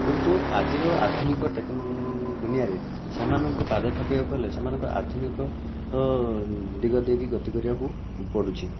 କିନ୍ତୁ ଆଜିର ଆଧୁନିକ ଟେକ୍ନୋ ଦୁନିଆରେ ସେମାନଙ୍କୁ ପାଦ ଥାପିଆକୁ ହେଲେ ସେମାନଙ୍କ ଆଧୁନିକ ଦିଗ ଦେଇକି ଗତି କରିବାକୁ ପଡ଼ୁଛି